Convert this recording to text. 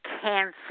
cancel